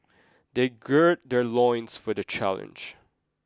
they gird their loins for the challenge